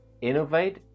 innovate